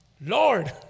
Lord